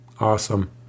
awesome